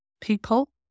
people